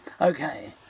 Okay